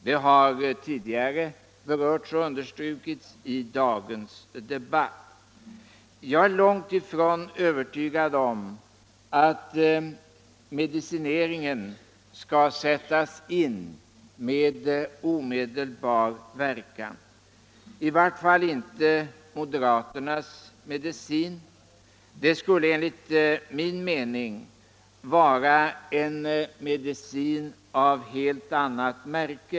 Det har tidigare berörts och understrukits i dagens debatt. Jag är långt ifrån övertygad om att medicineringen skall sättas in med omedelbar verkan, i vart fall när det gäller moderaternas medicin. Det skall enligt min mening vara en medicin av helt annat märke.